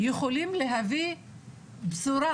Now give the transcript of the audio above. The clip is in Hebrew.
יכולים להביא בשורה